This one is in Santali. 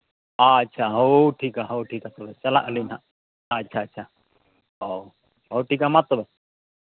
ᱟᱪᱪᱷᱟ ᱟᱦᱳ ᱴᱷᱤᱠᱟ ᱦᱳ ᱴᱷᱤᱠᱟ ᱛᱚᱵᱮ ᱪᱟᱞᱟᱜ ᱟᱹᱞᱤᱧ ᱱᱟᱦᱟᱜ ᱟᱪᱪᱷᱟ ᱟᱪᱪᱷᱟ ᱚ ᱦᱳᱭ ᱴᱷᱤᱠ ᱜᱮᱭᱟ ᱢᱟ ᱛᱚᱵᱮ